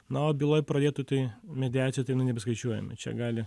na o byloj pradėtų tai mediacijų tai nu nebeskaičiuojame čia gali